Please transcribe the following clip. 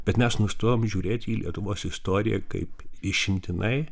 bet mes nustojom žiūrėti į lietuvos istoriją kaip išimtinai